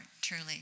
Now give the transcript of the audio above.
truly